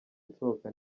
nsohoka